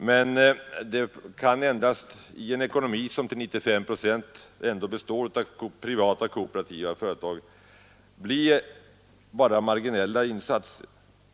Men i en ekonomi som till 95 procent består av privata och kooperativa företag kan det bara bli marginella insatser.